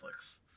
Netflix